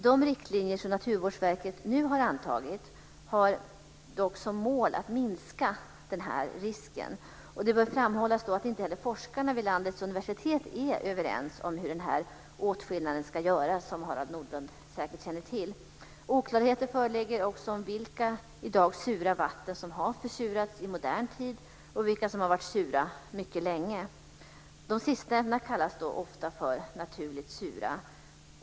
De riktlinjer som Naturvårdsverket nu antagit har dock som mål att minska denna risk. Det bör framhållas att inte heller forskarna vid landets universitet är överens om hur denna åtskillnad ska göras, vilket Harald Nordlund säkert känner till. Oklarheter föreligger också om vilka i dag sura vatten som har försurats i modern tid och vilka som har varit sura mycket länge. De sistnämnda kallas ofta för naturligt sura.